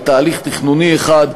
בתהליך תכנוני אחד,